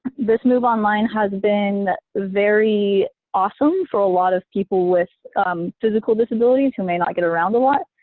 this move online has been very awesome for a lot of people with physical disabilities who may not get around a lot,